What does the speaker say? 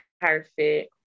perfect